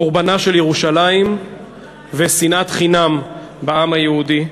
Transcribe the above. לחורבנה של ירושלים ולשנאת חינם בעם היהודי,